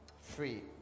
free